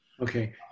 Okay